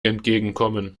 entgegenkommen